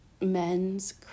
men's